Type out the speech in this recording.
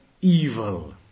evil